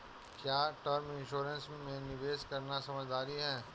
क्या term insurance में निवेश करना समझदारी है?